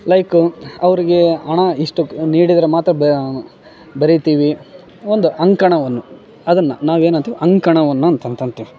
like ಅವರಿಗೆ ಹಣ ಇಷ್ಟ್ಕ್ ನೀಡಿದ್ದರೆ ಮಾತ್ರ ಬೆ ಬರೀತೀವಿ ಒಂದು ಅಂಕಣವನ್ನು ಅದನ್ನು ನಾವು ಏನು ಅಂತೀವಿ ಅಂಕಣವನ್ನ ಅಂತಂತೀವಿ